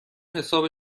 حساب